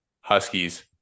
Huskies